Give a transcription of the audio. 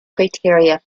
criteria